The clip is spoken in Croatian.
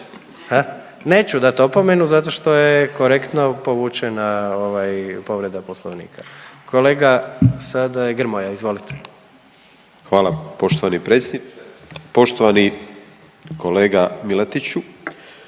Neću dat opomenu zato što je korektno povučena povreda poslovnika. Kolega sada je Grmoja izvolite. **Grmoja, Nikola (MOST)** Hvala vam poštovani predsjedniče. Poštovani kolega MIlatiću.